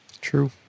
True